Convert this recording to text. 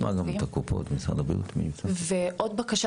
ועוד בקשה,